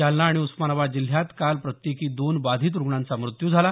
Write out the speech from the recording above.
जालना आणि उस्मानाबाद जिल्ह्यात काल प्रत्येकी दोन बाधित रुग्णांचा मृत्यू झाला